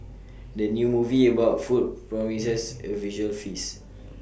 the new movie about food promises A visual feast